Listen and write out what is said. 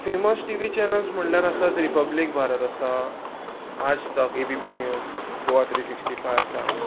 famous T V channels म्हणल्यार आसात Republic Bharat आसा Aaj Tak A B P news Goa three sixty five आसा